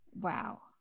Wow